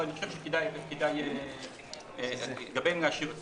אבל אני חושב שכדאי לגביהן להשאיר את